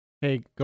Hey